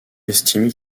estime